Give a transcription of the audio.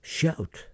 Shout